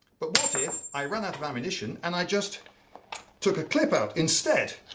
but what if i run out of ammunition and i just took a clip out instead.